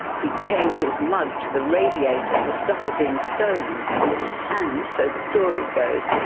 he'd chain his mug to the radiator to stop it being stolen and, so the story goes,